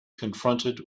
confronted